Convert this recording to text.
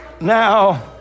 Now